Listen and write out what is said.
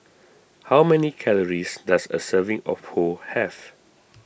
how many calories does a serving of Pho have